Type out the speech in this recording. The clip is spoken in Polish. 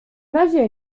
razie